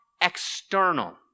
external